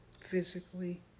physically